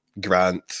Grant